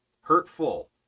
hurtful